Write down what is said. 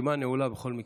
הרשימה נעולה בכל מקרה.